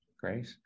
great